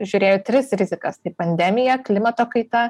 žiūrėjo tris rizikas tai pandemija klimato kaita